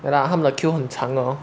ya lah 他们的 queue 很长的咯